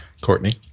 courtney